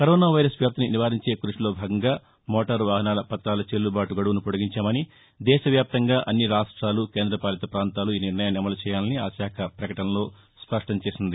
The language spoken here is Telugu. కరోనా వైరస్ వ్యాప్తిని నివారించే కృషిలో భాగంగా మోటారు వాహనాల పత్రాల చెల్లబాటు గడువును పొడిగించామని దేశవ్యాప్తంగా అన్ని రాష్ట్రాలు కేంద్ర పాలిత పొంతాలు ఈ నిర్ణయాన్ని అమలు చేయాలని ఆ శాఖ పకటనలో స్పష్టం చేసింది